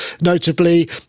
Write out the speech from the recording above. notably